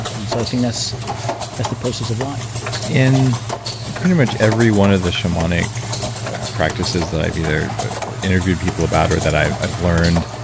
and so i think that's that's the process of life in pretty much every one of the shamanic practices that i've interviewed people about or that i've i've learned,